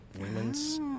women's